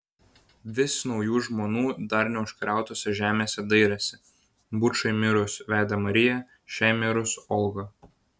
vis naujų žmonų dar neužkariautose žemėse dairėsi bučai mirus vedė mariją šiai mirus olgą